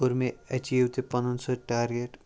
کوٚر مےٚ اٮ۪چیٖو تہِ پَنُن سُہ ٹارگٮ۪ٹ